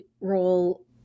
role